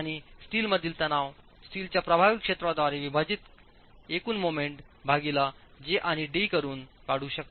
आणि स्टीलमधील तणाव स्टीलच्या प्रभावी क्षेत्राद्वारे विभाजित एकूण मोमेंट भागीला j आणि d करून काढू शकता